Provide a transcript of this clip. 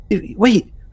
Wait